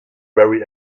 very